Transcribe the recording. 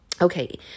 Okay